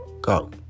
go